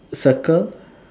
circle